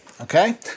okay